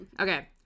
Okay